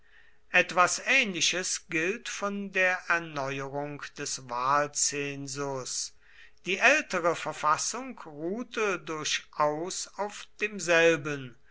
etwas ähnliches gilt von der erneuerung des wahlzensus die ältere verfassung ruhte durchaus auf demselben